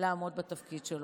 לעמוד בתפקיד שלו.